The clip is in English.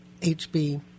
HB